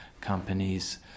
companies